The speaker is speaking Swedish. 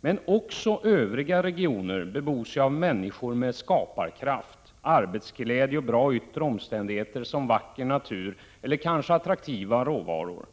Men också övriga regioner bebos ju av människor med skaparkraft, arbetsglädje och bra yttre omständigheter, såsom vacker natur eller kanske attraktiva råvaror.